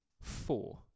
four